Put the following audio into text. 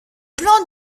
plan